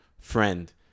friend